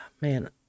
Man